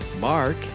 mark